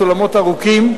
סולמות ארוכים,